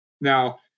now